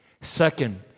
Second